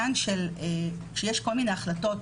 כשיש כל מיני החלטת,